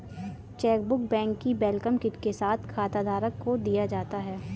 chequebook bank की welcome kit के साथ खाताधारक को दिया जाता है